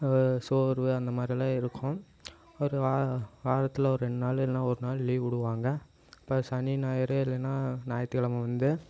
சோர்வு அந்தமாதிரிலாம் இருக்கும் ஒரு வார வாரத்தில் ஒரு ரெண்டு நாள் இல்லைன்னா ஒரு நாள் லீவ் விடுவாங்க இப்போ சனி ஞாயிறு இல்லன்னா ஞாயித்து கிழம வந்து